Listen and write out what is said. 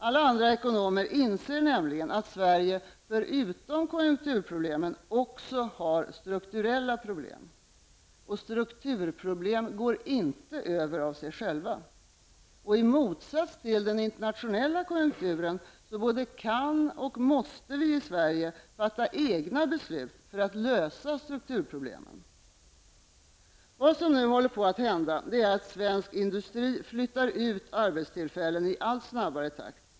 Alla andra ekonomer inser nämligen att Sverige, förutom konjunkturproblemen, också har strukturella problem. Strukturproblem går inte över av sig själva. Den internationella konjunkturen kan vi inte påverka men vi både kan och måste i Sverige fatta egna beslut för att lösa strukturproblemen. Vad som nu håller på att hända är att svensk industri flyttar ut arbetstillfällen i allt snabbare takt.